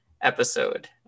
episode